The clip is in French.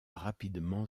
rapidement